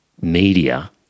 media